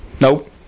Nope